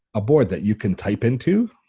a board that you can type in to.